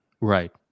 Right